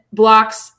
blocks